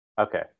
Okay